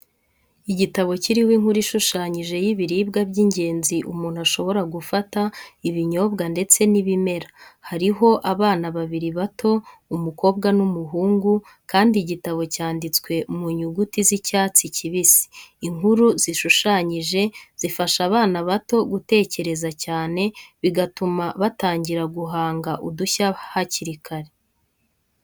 Igitabo kiriho inkuru ishushanyije y'ibiribwa by'ingenzi umuntu ashobora gufata, ibinyobwa ndetse n'ibimera. Hariho abana babiri bato umukobwa n'umuhungu kandi igitabo cyanditswe mu nyuguti z'icyatsi kibisi. Inkuru zishushanyije zifasha abana bato gutekereza cyane, bigatuma batangira guhanga udushya hakiri kare.